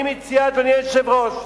אני מציע, אדוני היושב-ראש,